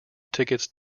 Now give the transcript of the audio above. tickets